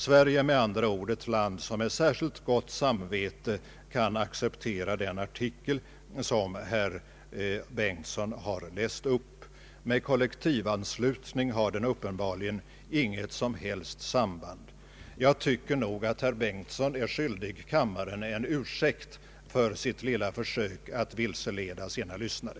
Sverige är med andra ord ett land som med särskilt gott samvete kan acceptera den artikel som herr Bengtson har läst upp. Med kollektivanslutning har den uppenbarligen inte något som helst samband. Jag tycker nog att herr Bengtson är skyldig kammaren en ursäkt för sitt lilla försök att vilseleda sina lyssnare.